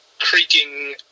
creaking